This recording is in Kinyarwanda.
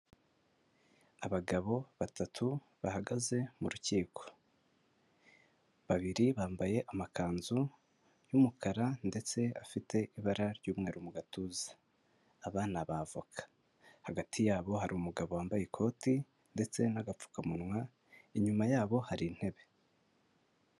Abagabo batatu, bahagaze mu rukiko, babiri bambaye amakanzu y'umukara ndetse afite ibara ry'umweru mu gatuza, aba ni Abavoka, hagati yabo hari umugabo wambaye ikoti ndetse n'agapfukamunwa, inyuma yabo hari intebe.